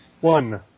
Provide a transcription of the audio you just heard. One